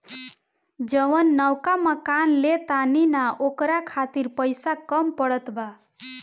जवन नवका मकान ले तानी न ओकरा खातिर पइसा कम पड़त बा